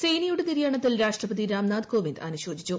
സെയിനിയുടെ നിര്യാണത്തിൽ രാഷ്ട്രപ്പതി രാംനാഥ് കോവിന്ദ് അനുശോചിച്ചു